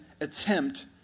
attempt